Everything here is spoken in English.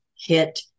hit